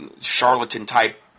Charlatan-type